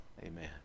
Amen